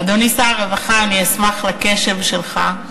אדוני שר הרווחה, אני אשמח לקשב שלך.